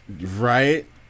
Right